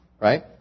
Right